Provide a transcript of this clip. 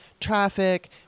traffic